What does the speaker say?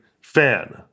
fan